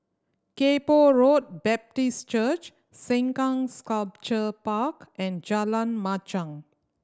Kay Poh Road Baptist Church Sengkang Sculpture Park and Jalan Machang